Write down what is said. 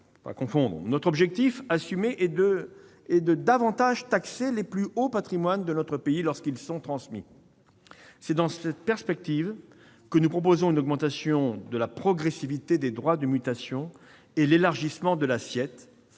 notre objectif assumé est de taxer davantage les plus hauts patrimoines de notre pays lorsqu'ils sont transmis. C'est dans cette perspective que nous proposons une augmentation de la progressivité des droits de mutation et l'élargissement de l'assiette,